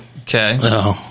Okay